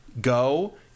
go